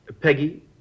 Peggy